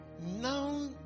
Now